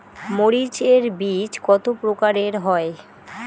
মরিচ এর বীজ কতো প্রকারের হয়?